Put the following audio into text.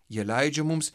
jie leidžia mums